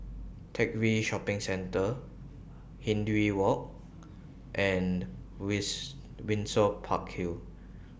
Teck Whye Shopping Centre Hindhede Walk and Windsor Park Hill